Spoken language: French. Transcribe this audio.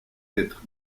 être